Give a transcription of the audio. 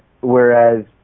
whereas